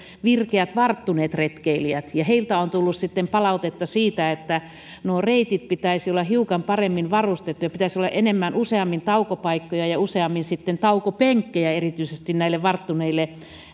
virkeät varttuneet retkeilijät ja heiltä on tullut palautetta siitä että reittien pitäisi olla hiukan paremmin varustettuja pitäisi olla enemmän useammin taukopaikkoja ja useammin taukopenkkejä erityisesti näille varttuneille